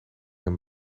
een